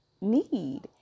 need